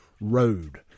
road